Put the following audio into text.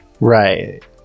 Right